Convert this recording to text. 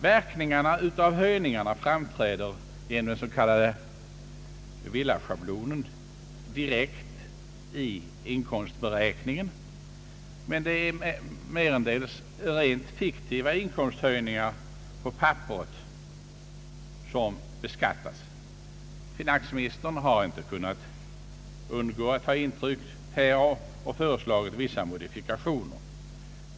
Verkningarna av höjningarna framträder genom den s.k. villaschablonen direkt i inkomstberäkningen, men det är merendels rent fiktiva inkomsthöjningar — höjningar på papperet — som beskattas. Finansministern har inte kunnat undgå att ta intryck härav och har därför föreslagit vissa modifikationer.